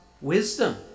wisdom